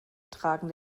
tragen